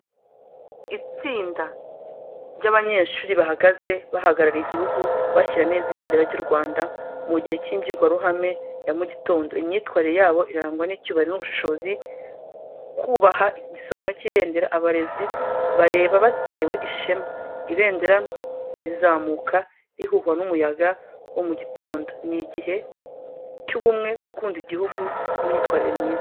Itsinda ry’abanyeshuri, bahagaze bahagarariye igihugu, bashyira neza ibendera ry’u Rwanda mu gihe cy’imbwirwaruhame yo mu gitondo. Imyitwarire yabo irangwa n’icyubahiro n’ubushishozi, bubaha igisobanuro cy’ibendera. Abarezi bareba batewe ishema, ibendera rizamuka rihuhwa n’umuyaga wo mu gitondo. Ni igihe cy’ubumwe, gukunda igihugu n’imyitwarire myiza.